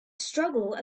struggle